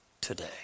today